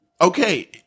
okay